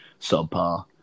subpar